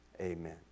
amen